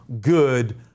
good